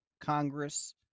Congress